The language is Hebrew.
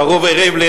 מר רובי ריבלין,